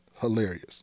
hilarious